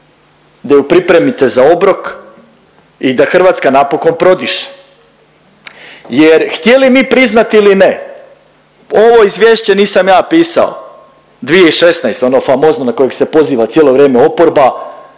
da ju pripremite za obrok i da Hrvatska napokon prodiše. Jer htjeli mi priznati ili ne, ovo izvješće nisam ja pisao 2016., ono famozno na kojeg se poziva cijelo vrijeme oporba,